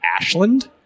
Ashland